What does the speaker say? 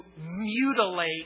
mutilate